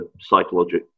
psychological